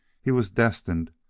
he was destined,